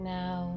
now